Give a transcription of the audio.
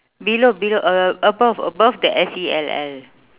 below below uh above above the S E L L